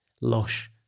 Lush